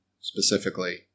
specifically